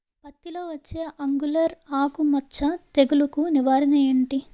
పత్తి లో వచ్చే ఆంగులర్ ఆకు మచ్చ తెగులు కు నివారణ ఎంటి?